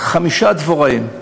חמישה דבוראים,